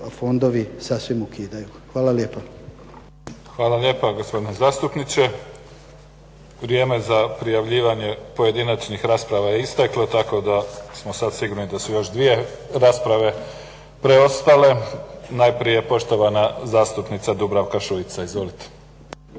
ti fondovi sasvim ukidaju. Hvala lijepa. **Mimica, Neven (SDP)** Hvala lijepa gospodine zastupniče. Vrijeme za prijavljivanje pojedinačnih rasprava je isteklo, tako da smo sad sigurni da su još dvije rasprave preostale. Najprije poštovana zastupnica Dubravka Šuica. Izvolite.